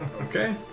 Okay